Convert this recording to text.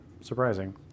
surprising